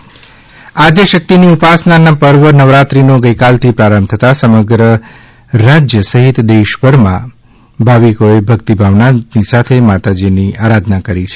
નવરાત્રી આદ્યશક્તિની ઉપસનાના પર્વે નવરાત્રિનો ગઇકાલથી પ્રારંભ થતા સમગ્ર રાજ્ય સહિત દેશભરમાં ભાવિકો ભક્તિભાવનાની સાથે માતાજીની આરાધના કરી રહ્યા છે